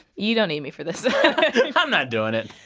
you don't need me for this i'm not doing it.